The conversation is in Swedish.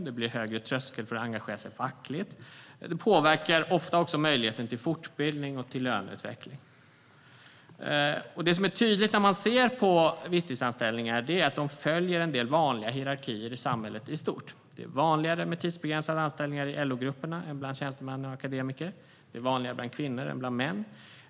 Det blir högre tröskel för att engagera sig fackligt. Det påverkar också ofta möjligheten till fortbildning och löneutveckling. Det är tydligt att visstidsanställningarna följer en del vanliga hierarkier i samhället i stort. Det är vanligare med tidsbegränsade anställningar i LO-grupperna än bland tjänstemän och akademiker. Det är vanligare bland kvinnor än bland män.